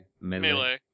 melee